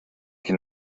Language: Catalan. qui